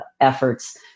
efforts